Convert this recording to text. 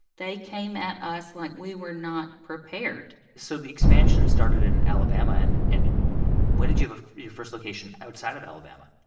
they came at us like we were not prepared so the expansion started in alabama. and and when did you have a your first location outside of alabama?